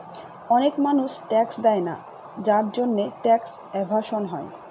অনেক মানুষ ট্যাক্স দেয়না যার জন্যে ট্যাক্স এভাসন হয়